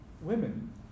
women